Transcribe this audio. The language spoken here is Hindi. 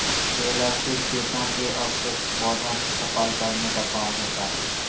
बेलर से खेतों के अवशिष्ट पौधों की सफाई करने का काम होता है